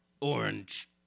Orange